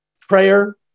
Prayer